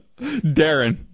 Darren